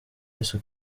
yesu